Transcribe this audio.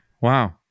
Wow